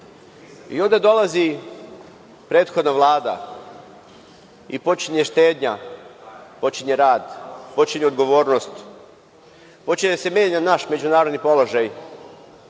I, onda dolazi prethodna vlada i počinje štednja, počinje rad, počinje odgovornost, počinje da se menja naš međunarodni položaj